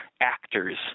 actors